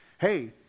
hey